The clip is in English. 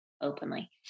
openly